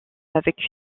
avec